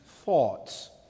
thoughts